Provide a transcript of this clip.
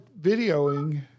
videoing